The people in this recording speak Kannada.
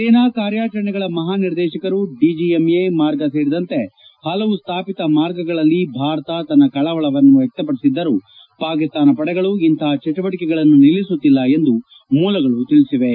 ಸೇನಾ ಕಾರ್ಯಾಚರಣೆಗಳ ಮಹಾ ನಿರ್ದೇಶಕರು ಡಿಜಿಎಂಎ ಮಾರ್ಗ ಸೇರಿದಂತೆ ಪಲವು ಸ್ವಾಪಿತ ಮಾರ್ಗಗಳಲ್ಲಿ ಭಾರತ ತನ್ನ ಕಳವಳವನ್ನು ವ್ನಕ್ಷಪಡಿಸಿದ್ದರೂ ಪಾಕಿಸ್ತಾನ ಪಡೆಗಳು ಇಂತಹ ಚಟುವಟಿಕೆಗಳನ್ನು ನಿಲ್ಲಿಸುತ್ತಿಲ್ಲ ಎಂದು ಮೂಲಗಳು ತಿಳಿಸಿವೆ